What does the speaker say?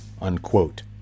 unquote